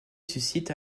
suscite